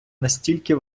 настільки